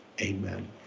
amen